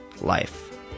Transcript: life